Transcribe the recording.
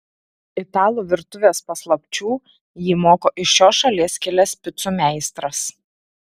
italų virtuvės paslapčių jį moko iš šios šalies kilęs picų meistras